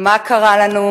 מה קרה לנו?